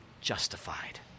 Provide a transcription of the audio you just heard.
justified